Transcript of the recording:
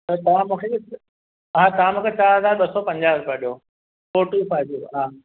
त तव्हां मूंखे हा तव्हां मूंखे चारि हज़ार ॿ सौ पंजाह रुपया ॾियो फ़ॉर्टीफ़ाइ जीरो